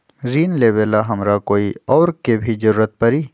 ऋन लेबेला हमरा कोई और के भी जरूरत परी?